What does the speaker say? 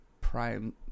prime